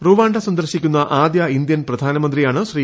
Rwanda സന്ദർശിക്കുന്ന ആദ്യ Indian പ്രധാനമന്ത്രിയാണ് ശ്രീ